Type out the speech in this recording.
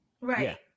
Right